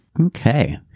Okay